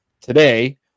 today